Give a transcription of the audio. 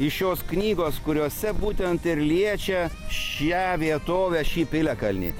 iš šios knygos kuriose būtent ir liečia šią vietovę šį piliakalnį